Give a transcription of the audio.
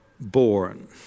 born